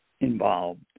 involved